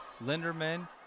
Linderman